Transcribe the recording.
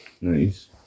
Nice